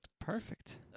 Perfect